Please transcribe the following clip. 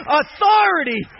authority